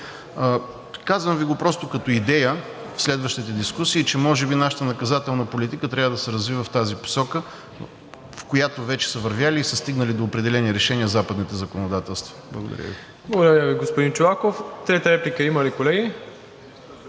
Казвам Ви го просто като идея в следващата дискусия, че може би нашата наказателна политика, трябва да се развива в тази посока, в която вече са вървели и стигнали до определени решения западните законодателства. Благодаря Ви. ПРЕДСЕДАТЕЛ МИРОСЛАВ ИВАНОВ: Благодаря Ви, господин Чолаков. Трета реплика има ли, колеги?